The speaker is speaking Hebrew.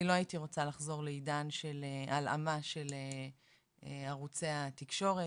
אני לא הייתי רוצה לחזור לעידן של הלאמת ערוצי התקשורת.